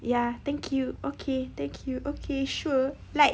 ya thank you okay thank you okay sure like